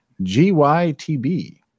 GYTB